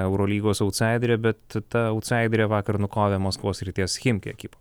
eurolygos autsaiderę bet ta autsaiderė vakar nukovė maskvos srities chimki ekipą